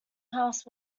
house